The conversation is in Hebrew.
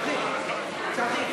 (תיקון מס' 81 והוראת שעה),